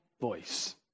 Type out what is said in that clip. voice